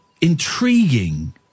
intriguing